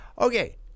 Okay